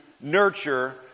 nurture